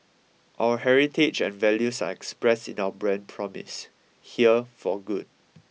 our heritage and values are expressed in our brand promise here for good